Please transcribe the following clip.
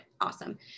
Awesome